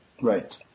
Right